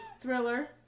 thriller